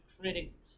critics